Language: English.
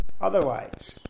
Otherwise